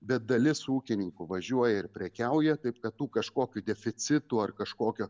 bet dalis ūkininkų važiuoja ir prekiauja taip kad kažkokių deficitų ar kažkokio